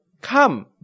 come